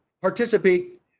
Participate